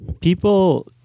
people